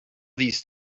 these